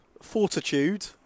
Fortitude